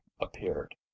appeared